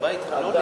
לכנסת אפשר לרוץ רק